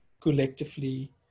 collectively